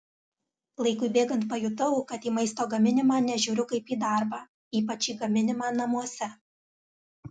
laikui bėgant pajutau kad į maisto gaminimą nežiūriu kaip į darbą ypač į gaminimą namuose